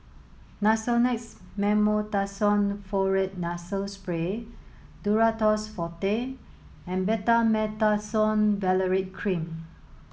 Nasonex Mometasone Furoate Nasal Spray Duro Tuss Forte and Betamethasone Valerate Cream